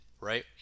right